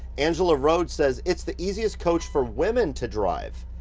angela rhode says, it's the easiest coach for women to drive.